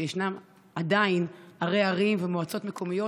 שיש עדיין ראשי ערים ומועצות מקומיות